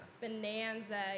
Bonanza